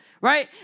right